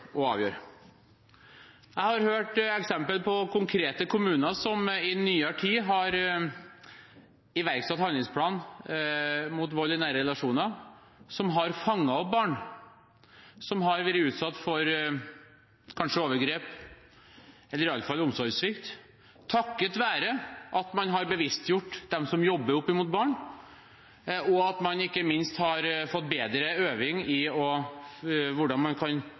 å avgjøre? Jeg har hørt konkrete eksempler på kommuner som i nyere tid har iverksatt handlingsplan mot vold i nære relasjoner, som har fanget opp barn som har vært utsatt for kanskje overgrep, eller iallfall omsorgssvikt, takket være at man har bevisstgjort dem som jobber opp mot barn, og at man ikke minst har fått bedre øvelse i hvordan man kan